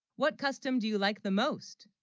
what custom, do you, like the most